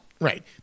Right